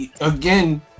again